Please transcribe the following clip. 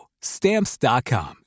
Stamps.com